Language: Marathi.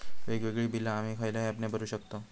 वेगवेगळी बिला आम्ही खयल्या ऍपने भरू शकताव?